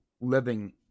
living